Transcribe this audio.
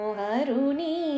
Haruni